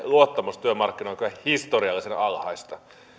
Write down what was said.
luottamus työmarkkinoihin on kyllä historiallisen alhainen